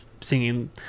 singing